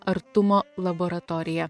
artumo laboratorija